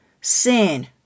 sin